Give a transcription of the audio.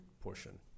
portion